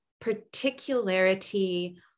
particularity